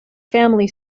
family